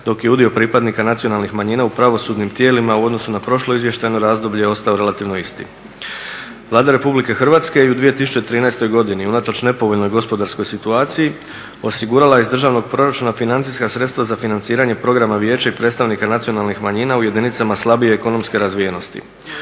dok je udio pripadnika nacionalnih manjina u pravosudnim tijelima u odnosu na prošlo izvještajno razdoblje ostao relativno isti. Vlada RH je u 2013. godini unatoč nepovoljnoj gospodarskoj situaciji osigurala iz državnog proračuna financijska sredstva za financiranje programa vijeća i predstavnika nacionalnih manjina u jedinicama slabije ekonomske razvijenosti.